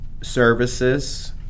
services